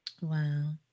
Wow